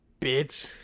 Bitch